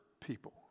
people